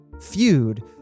feud